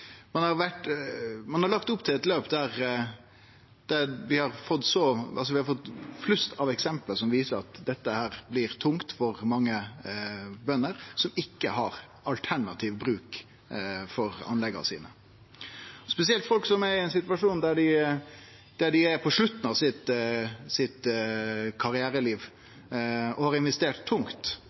Ein har lagt opp til eit løp der vi har fått flust med eksempel som viser at dette blir tungt for mange bønder som ikkje har alternativ bruk for anlegga sine. Det er spesielt folk som er på slutten av karrierelivet, og som har investert tungt, som blir sette i ein veldig vanskeleg situasjon. Vi har kome med forslag til alle desse ulike eventualitetane og